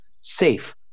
safe